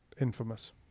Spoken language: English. Infamous